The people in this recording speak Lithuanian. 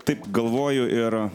taip galvoju ir